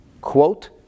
quote